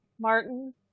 Martin